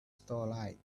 starlight